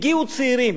הגיעו צעירים,